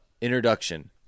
introduction